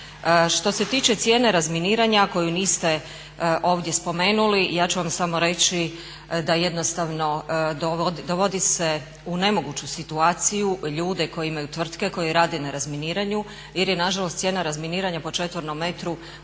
Što se tiče cijene razminiranja koju niste ovdje spomenuli, ja ću vam samo reći da jednostavno dovodi se u nemoguću situaciju ljude koji imaju tvrtke, koji rade na razminiranju jer je nažalost cijena razminiranja po četvornom metru u Republici